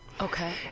okay